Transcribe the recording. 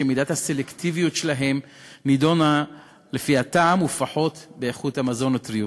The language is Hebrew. שמידת הסלקטיביות שלהם היא לפי הטעם ופחות לפי איכות המזון וטריותו.